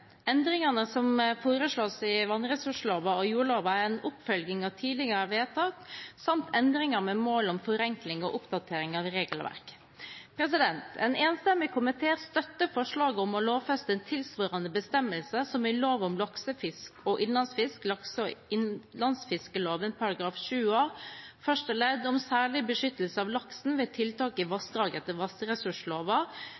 Endringene som foreslås i vannressursloven og jordloven, er en oppfølging av tidligere vedtak samt endringer med mål om forenkling og oppdatering av regelverk. En enstemmig komité støtter forslaget om å lovfeste en tilsvarende bestemmelse som i lov om laksefisk og innlandsfisk § 7a første ledd, om særlig beskyttelse av laksen ved tiltak i